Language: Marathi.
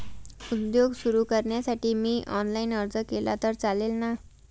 उद्योग सुरु करण्यासाठी मी ऑनलाईन अर्ज केला तर चालेल ना?